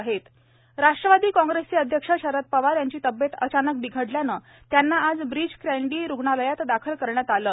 शरद पवार म्ंबई सब पीटीसी राष्ट्रवादी काँग्रेसचे अध्यक्ष शरद पवार यांची तब्येत अचानक बिघडल्याने त्यांना आज ब्रीच कॅन्डी रुग्णालयात दाखल करण्यात आले आहे